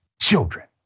children